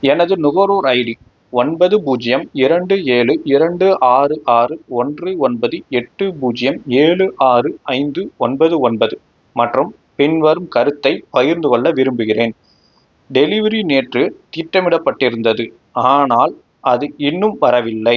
எனது நுகர்வோர் ஐடி ஒன்பது பூஜ்ஜியம் இரண்டு ஏழு இரண்டு ஆறு ஆறு ஒன்று ஒன்பது எட்டு பூஜ்ஜியம் ஏழு ஆறு ஐந்து ஒன்பது ஒன்பது மற்றும் பின்வரும் கருத்தைப் பகிர்ந்து கொள்ள விரும்புகிறேன் டெலிவரி நேற்று திட்டமிடப்பட்டிருந்தது ஆனால் அது இன்னும் வரவில்லை